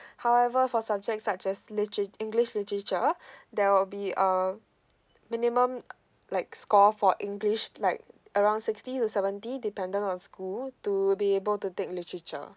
however for subjects such as litu~ english literature there will be a minimum like score for english like around sixty to seventy dependent on school to be able to take literature